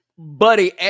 Buddy